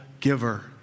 giver